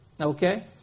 Okay